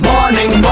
Morning